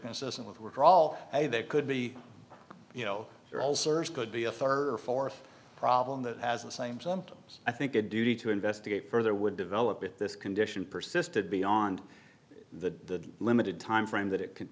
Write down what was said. consistent with work are all i they could be you know they're all searched could be a third or fourth problem that has the same symptoms i think a duty to investigate further would develop with this condition persisted beyond the limited timeframe that it c